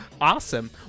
Awesome